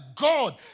god